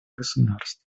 государств